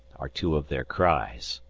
are two of their cries.